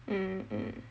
mm mm